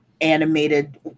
animated